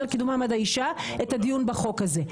לקידום מעמד האישה את הדיון בחוק הזה,